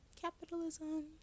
Capitalism